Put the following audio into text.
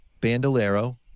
Bandolero